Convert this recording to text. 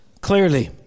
clearly